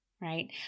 right